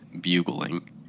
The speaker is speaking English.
bugling